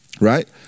right